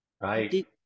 Right